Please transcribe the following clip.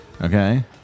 Okay